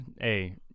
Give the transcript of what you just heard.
hey